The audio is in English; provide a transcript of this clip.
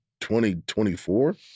2024